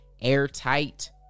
airtight